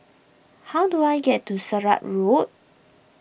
how do I get to Sirat Road